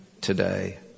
today